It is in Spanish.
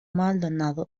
maldonado